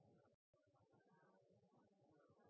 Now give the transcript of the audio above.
enten